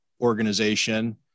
organization